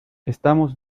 estamos